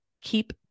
keep